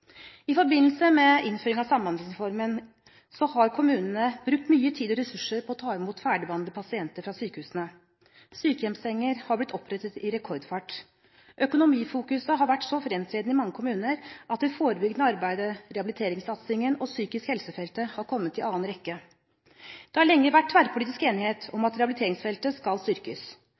I forbindelse med innføring av Samhandlingsreformen har kommunene brukt mye tid og ressurser på å ta imot ferdigbehandlede pasienter fra sykehusene. Sykehjemssenger har blitt opprettet i rekordfart. Økonomifokuseringen har vært så framtredende i mange kommuner at det forebyggende arbeidet, rehabiliteringssatsingen og psykisk helse-feltet har kommet i annen rekke. Det har lenge vært tverrpolitisk enighet om at rehabiliteringsfeltet skal styrkes.